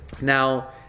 Now